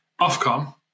Ofcom